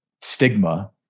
stigma